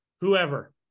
whoever